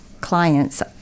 clients